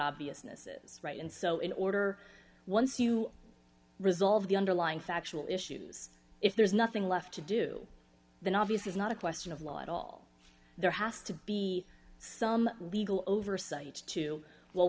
obviousness is right and so in order once you resolve the underlying factual issues if there's nothing left to do than obvious is not a question of law at all there has to be some legal oversight to well